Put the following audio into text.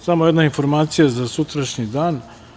Samo jedna informacija za sutrašnji dan.